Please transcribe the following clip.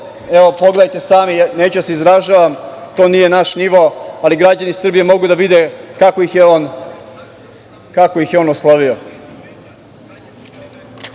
evo, pogledajte sami, neću da se izražavam, to nije naš nivo, ali građani Srbije mogu da vide kako ih je on oslovio. Danas